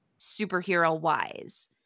superhero-wise